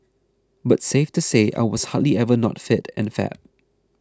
but safe to say I was hardly ever not fit and fab